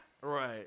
Right